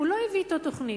הוא לא הביא אתו תוכנית,